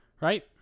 Right